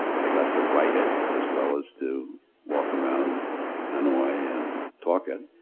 i got to write it as well as to walk around hanoi and talk it,